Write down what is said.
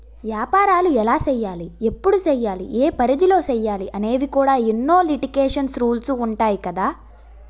ఏపారాలు ఎలా సెయ్యాలి? ఎప్పుడు సెయ్యాలి? ఏ పరిధిలో సెయ్యాలి అనేవి కూడా ఎన్నో లిటికేషన్స్, రూల్సు ఉంటాయి కదా